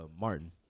Martin